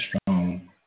strong